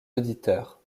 auditeurs